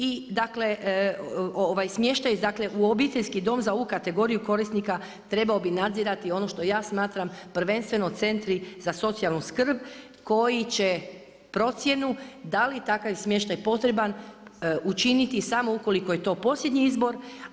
I dakle, smještaj dakle u obiteljski dom za ovu kategoriju korisnika trebao bi nadzirati ono što ja smatram prvenstveno centri za socijalnu skrb koji će procjenu da li je takav smještaj potreban učiniti samo ukoliko je to posljednji izbor.